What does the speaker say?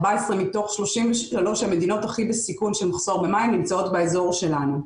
14 מתוך 33 המדינות הכי בסיכון של מחסור במים נמצאות באזור שלנו.